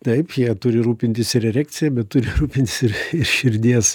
taip jie turi rūpintis ir erekcija bet turi rūpintis ir širdies